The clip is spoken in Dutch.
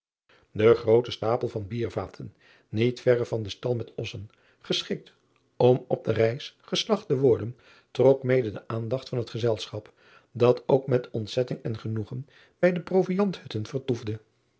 e groote stapel van biervaten niet verre van den stal met ossen geschikt om op de reis geslagt te worden trok mede de aandacht van het gezel chap dat ook met ontzetting en genoegen bij de proviandhutten vertoefde